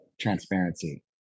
transparency